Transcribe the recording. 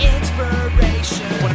Inspiration